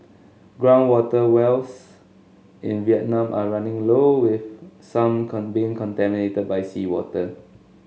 ground water wells in Vietnam are running low with some contaminated by seawater